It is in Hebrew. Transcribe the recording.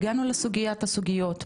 הגענו לסוגיית הסוגיות,